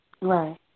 Right